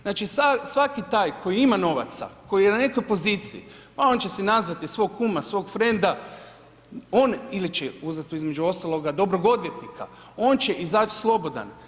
Znači svaki taj, koji ima novaca, koji je na nekoj poziciji, pa on će si nazvati svog kuma, svog frenda, on, ili će uzeti između ostalog dobrog odvjetnika, on će izaći slobodan.